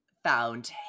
found